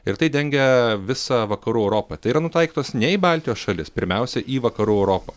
ir tai dengia visą vakarų europą tai yra nutaikytos ne į baltijos šalis pirmiausia į vakarų europą